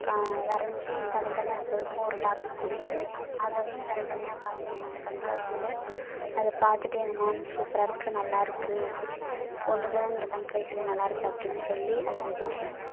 கா வரைஞ்சி தனி தனியாக அதுக்கு அதுக்கும் ஒரு டாபிக் கொடுத்து அதயும் தனி தனியாக காட்டியிருந்தேன் அந்த கண்காட்சியில் அதை பார்த்துட்டு எங்கள் மேம் சூப்பராக இருக்குது நல்லாயிருக்கு ஒன்று தான் இந்த கண்காட்சியில் நல்லாயிருக்கு அப்படின் சொல்லி அதை வச்சி